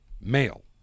male